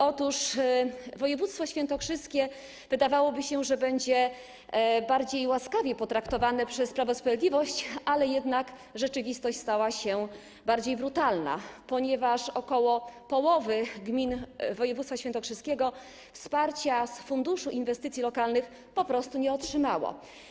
Otóż wydawałoby się, że województwo świętokrzyskie będzie bardziej łaskawie potraktowane przez Prawo i Sprawiedliwość, ale jednak rzeczywistość stała się bardziej brutalna, ponieważ ok. połowy gmin województwa świętokrzyskiego wsparcia z funduszu inwestycji lokalnych po prostu nie otrzymało.